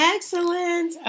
Excellent